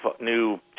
new